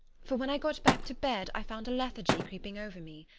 for when i got back to bed i found a lethargy creeping over me.